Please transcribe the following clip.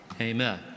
Amen